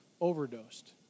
overdosed